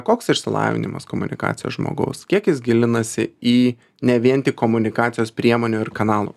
koks išsilavinimas komunikacijos žmogaus kiek jis gilinasi į ne vien tik komunikacijos priemonių ir kanalų